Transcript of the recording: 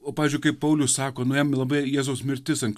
o pavyzdžiui kaip paulius sako nu jam labai jėzaus mirtis ant